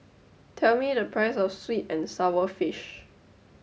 tell me the price of sweet and sour fish